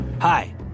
Hi